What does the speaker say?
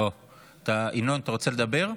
ינון, אתה רוצה לדבר?